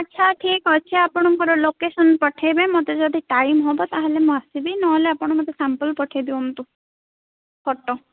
ଆଚ୍ଛା ଠିକ୍ ଅଛି ଆପଣଙ୍କର ଲୋକେସନ୍ ପଠେଇବେ ମୋତେ ଯଦି ଟାଇମ୍ ହେବ ତାହେଲେ ମୁଁ ଆସିବି ନହେଲେ ଆପଣ ମୋତେ ସାମ୍ପଲ୍ ପଠେଇ ଦିଅନ୍ତୁ ଫଟୋ